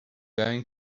going